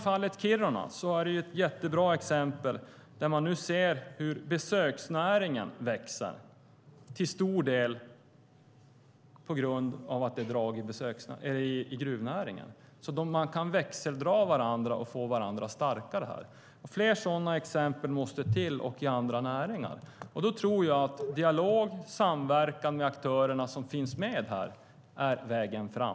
Fallet Kiruna är ett jättebra exempel där man nu ser hur besöksnäringen växer, till stor del tack vare att det är drag i gruvnäringen. Man kan alltså växeldra varandra och göra varandra starkare. Fler sådana exempel måste till i andra näringar, och då tror jag att dialog och samverkan med aktörerna som finns med är vägen fram.